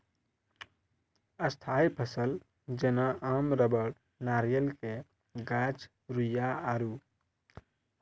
स्थायी फसल जेना आम रबड़ नारियल के गाछ रुइया आरु